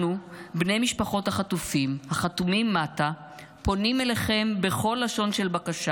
אנחנו בני משפחות החטופים החתומים מטה פונים אליכם בכל לשון של בקשה